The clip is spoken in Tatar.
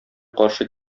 каршы